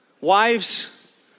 Wives